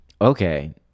Okay